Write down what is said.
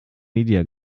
media